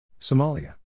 Somalia